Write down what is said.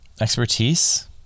expertise